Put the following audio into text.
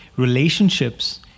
relationships